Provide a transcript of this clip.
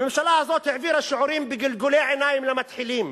הממשלה הזאת העבירה שיעורים בגלגולי עיניים למתחילים,